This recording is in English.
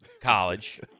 college